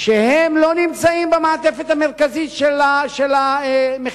והם לא נמצאים במעטפת המרכזית של המכינות.